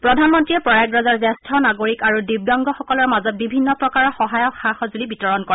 প্ৰধানমন্ত্ৰীয়ে প্ৰয়াগৰাজৰ জ্যেষ্ঠ নাগৰিক আৰু দিব্যাংগসকলৰ মাজত বিভিন্ন প্ৰকাৰৰ সহায়ক সা সঁজুলি বিতৰণ কৰে